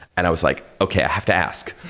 and i was like, okay. i have to ask.